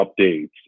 updates